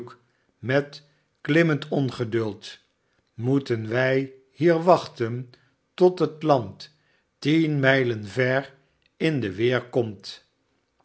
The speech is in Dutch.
met klimmend ongeduld moeten wij hier wachten tot het land tien mijlen ver in de weer komt